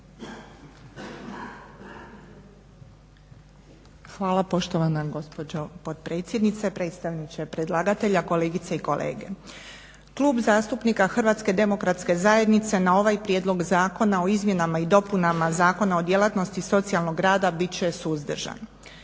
Hvala poštovana gospođo potpredsjednice. Predstavniče predlagatelja, kolegice i kolege. Klub zastupnika HDZ-a na ovaj prijedloga zakona o izmjenama i dopunama Zakona o djelatnosti socijalnog rada bit će suzdržan.